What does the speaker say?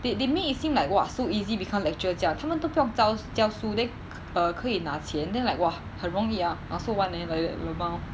they they make it seem like !wah! so easy become lecturer 这样他们都不用教教书 then err 可以拿钱 then like !wah! 很容易 ah I also want like that lmao